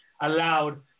allowed